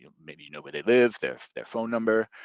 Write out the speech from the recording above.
you know maybe know where they live, their their phone number,